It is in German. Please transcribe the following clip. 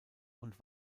und